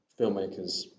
filmmakers